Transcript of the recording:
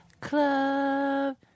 Club